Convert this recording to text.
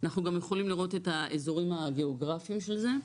אנחנו גם יכולים לראות את האזורים הגיאוגרפיים של זה.